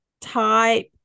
type